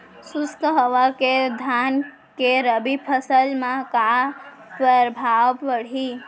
शुष्क हवा के धान के रबि फसल मा का प्रभाव पड़ही?